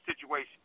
situation